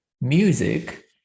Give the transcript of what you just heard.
music